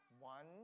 one